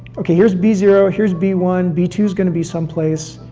okay, here's b zero, here's b one, b two s gonna be some place.